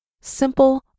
simple